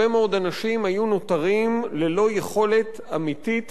הרבה מאוד אנשים היו נותרים ללא יכולת אמיתית